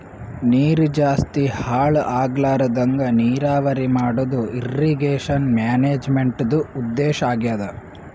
ನೀರ್ ಜಾಸ್ತಿ ಹಾಳ್ ಆಗ್ಲರದಂಗ್ ನೀರಾವರಿ ಮಾಡದು ಇರ್ರೀಗೇಷನ್ ಮ್ಯಾನೇಜ್ಮೆಂಟ್ದು ಉದ್ದೇಶ್ ಆಗ್ಯಾದ